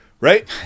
right